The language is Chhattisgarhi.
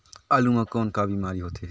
आलू म कौन का बीमारी होथे?